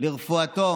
לרפואתו